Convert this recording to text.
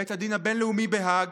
בית הדין הבין-לאומי בהאג,